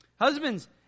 husbands